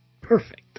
Perfect